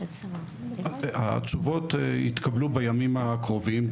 התשובות יתקבלו בימים הקרובים.